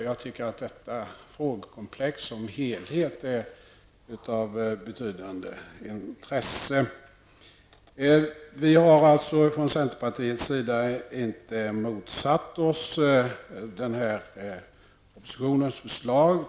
Jag anser att detta frågekomplex som helhet är av betydande intresse. Vi från centerpartiet har alltså inte motsatt oss den här propositionens förslag.